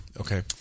Okay